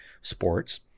sports